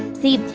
see.